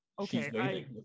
Okay